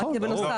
נכון.